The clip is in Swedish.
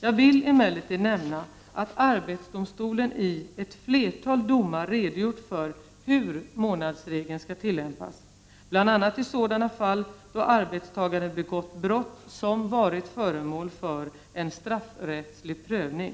Jag vill emellertid nämna att arbetsdomstolen i ett flertal domar redogjort för hur månadsregeln skall tilllämpas, bl.a. i sådana fall då arbetstagaren begått brott som varit föremål för straffrättslig prövning.